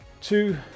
two